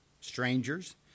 strangers